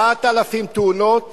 7,000 תאונות